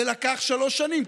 זה לקח שלוש שנים.